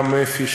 גם אפ"י,